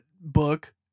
book